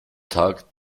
tag